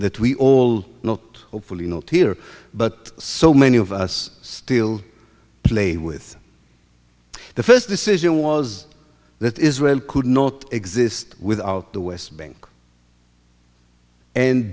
that we all not hopefully not here but so many of us still play with the first decision was that israel could not exist without the west bank and